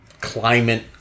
climate